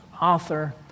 author